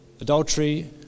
adultery